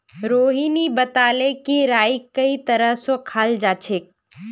रोहिणी बताले कि राईक कई तरह स खाल जाछेक